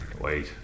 Wait